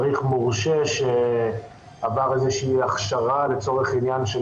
צריך מורשים שעברו איזו הכשרה לצורך עניין של